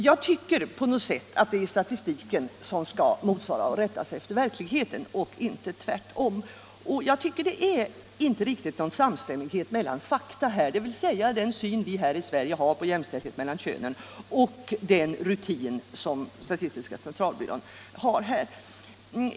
Jag tycker att det är statistiken som skall motsvara och rätta sig efter verkligheten och inte tvärtom, och det är inte någon riktig samstämmighet mellan den syn vi har här i Sverige på jämställdhet mellan könen och den rutin som statistiska centralbyrån tillämpar.